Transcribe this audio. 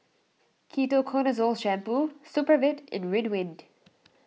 Ketoconazole Shampoo Supravit and Ridwind